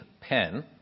pen